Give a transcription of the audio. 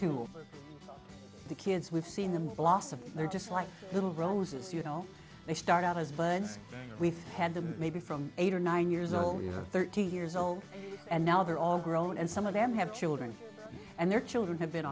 tool the kids we've seen the loss of they're just like little roses you know they start out as birds we've had them maybe from eight or nine years old thirty years old and now they're all grown and some of them have children and their children have been